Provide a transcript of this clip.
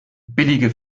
billige